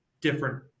different